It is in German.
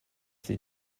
sie